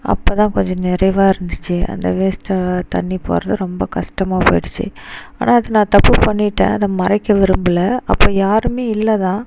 அப்போ தான் கொஞ்சம் நிறைவாக இருந்துச்சு அந்த வேஸ்ட்டாக தண்ணீ போகிறது ரொம்ப கஷ்டமாக போயிடுச்சு ஆனால் அது நான் தப்பு பண்ணிட்டேன் அதை மறைக்க விரும்பல அப்போ யாருமே இல்லை தான்